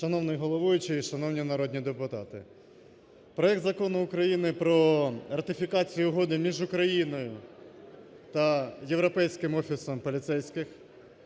Шановний головуючий, шановні народні депутати! Проект Закону України про ратифікацію Угоди між Україною та Європейським офісом поліцейських.